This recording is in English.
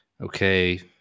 Okay